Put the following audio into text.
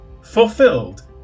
fulfilled